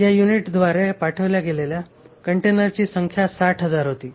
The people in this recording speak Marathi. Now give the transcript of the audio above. या युनिटद्वारे पाठविल्या गेलेल्या कंटेनरची संख्या 60000 होती